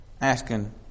asking